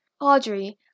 Audrey